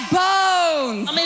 bones